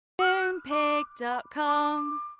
Moonpig.com